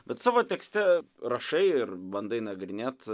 bet savo tekste rašai ir bandai nagrinėt